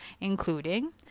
including